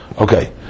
Okay